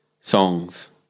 songs